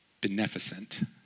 beneficent